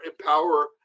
empower